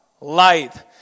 light